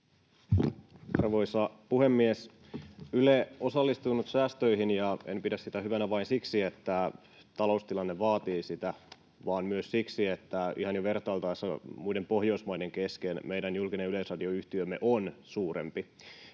Arvoisa puhemies! Yle osallistuu nyt säästöihin, ja en pidä sitä hyvänä vain siksi, että taloustilanne vaatii sitä, vaan myös siksi, että ihan jo vertailtaessa muiden Pohjoismaiden kesken meidän julkinen yleisradioyhtiömme on suurempi.